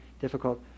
difficult